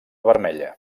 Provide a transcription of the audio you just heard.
vermella